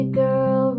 girl